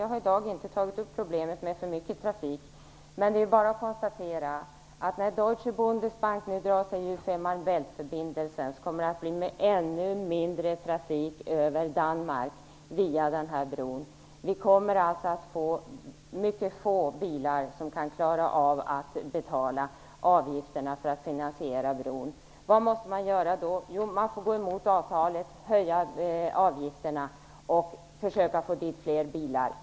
Jag har i dag inte tagit upp problemet med för mycket trafik, men det är bara att konstatera att när Deutsche Bundesbank nu drar sig ur Fehmarn Bältförbindelsen kommer det att bli ännu mindre trafik över Danmark via den här bron. Vi kommer alltså att få mycket få bilar som kan betala avgifterna för att finansiera bron. Vad måste man göra då? Jo, man får gå emot avtalet, höja avgifterna och försöka få dit fler bilar.